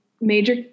major